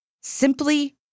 Simply